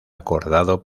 acordado